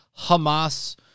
hamas